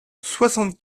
soixante